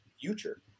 future